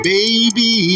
Baby